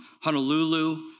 Honolulu